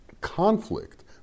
conflict